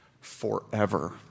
forever